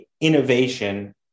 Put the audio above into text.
innovation